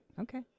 okay